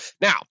Now